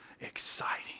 exciting